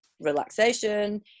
relaxation